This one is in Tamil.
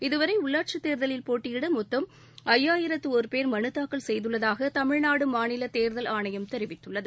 இதுவரை உள்ளாட்சித் தேர்தலில் போட்டியிட மொத்தம் ஐயாயிரத்து ஒர் பேர் மலுதாக்கல் செய்துள்ளதாக தமிழ்நாடு மாநில தேர்தல் ஆணையம் தெரிவித்துள்ளது